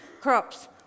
crops